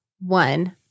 One